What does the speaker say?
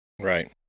Right